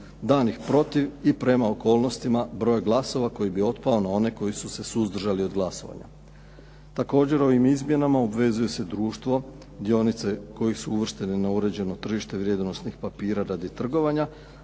danih protiv i prema okolnostima broj glasova koji bi otpao na one koji su se suzdržali od glasovanja. Također, ovim izmjenama obvezuje se društvo, dionice koje su uvrštene na uređeno tržište vrijednosnih papira radi trgovanja